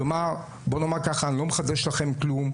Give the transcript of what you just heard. כלומר, בואו נאמר ככה, אני לא מחדש לכם כלום,